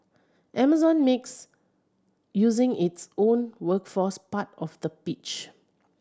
Amazon makes using its own workforce part of the pitch